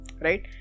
right